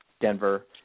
Denver